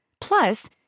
Plus